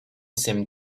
seemed